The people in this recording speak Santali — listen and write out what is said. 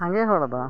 ᱥᱟᱸᱜᱮ ᱦᱚᱲᱫᱚ